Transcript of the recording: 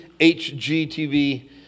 HGTV